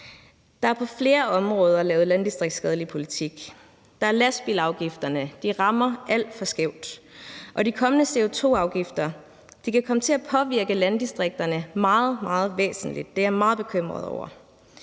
Der er på flere områder lavet landdistriktsskadelig politik. Der er lastbilafgifterne. De rammer alt for skævt. Og de kommende CO2-afgifter kan komme til at påvirke landdistrikterne meget, meget væsentligt. Det er jeg meget bekymret over.